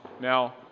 Now